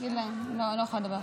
אני לא יכולה לדבר.